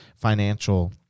financial